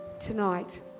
tonight